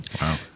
Wow